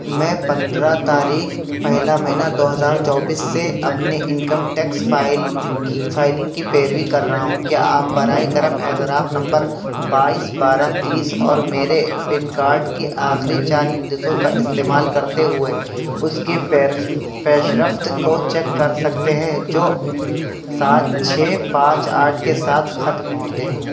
میں پندرہ تاریخ پہلا مہینہ دو ہزار چوبیس سے اپنے انکم ٹیکس فائل کی فائلنگ کی پیروی کر رہا ہوں کیا آپ برائے کرم اعتراف نمبر بائیس بارہ تیس اور میرے پین کارڈ کے آخری چار ہندسوں کا استعمال کرتے ہوئے اس کے پیشرفت کو چیک کر سکتے ہیں جو سات چھ پانچ آٹھ کے ساتھ ختم ہوتے ہیں